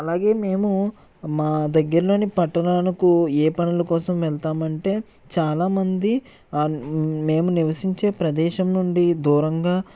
అలాగే మేము మా దగ్గరలోని పట్టణాలకు ఏ పనుల కోసం వెళ్తామంటే చాలామంది మేము నివసించే ప్రదేశం నుండి దూరంగా